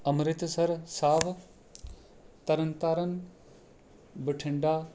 Amritsar Sahib Tarn Taran Bathinda